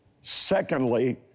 Secondly